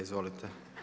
Izvolite.